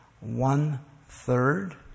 one-third